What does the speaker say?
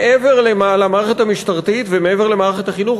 מעבר למערכת המשטרתית ומעבר למערכת החינוך,